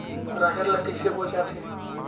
राहेर ल कइसे बोय जाथे?